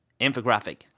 infographic